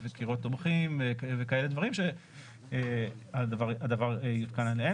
קירות תומכים וכאלה דברים שהדבר יותקן עליהם.